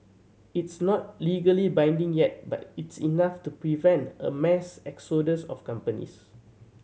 it's not legally binding yet but it's enough to prevent a mass exodus of companies